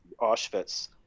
Auschwitz